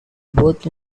both